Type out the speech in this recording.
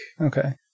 Okay